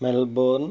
Melbourne